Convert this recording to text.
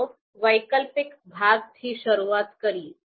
ચાલો વૈકલ્પિક વિભાગથી શરૂઆત કરીએ